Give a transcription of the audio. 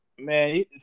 Man